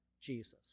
Jesus